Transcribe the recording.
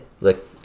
look